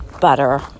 butter